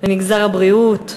במגזר הבריאות.